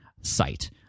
site